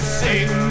sing